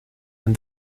and